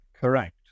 correct